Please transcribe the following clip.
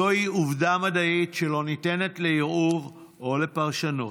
זוהי עובדה מדעית שלא ניתנת לערעור או לפרשנות.